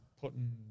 putting